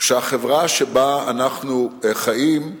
שכנראה מתקיימים בחברה שבה אנחנו חיים,